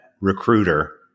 recruiter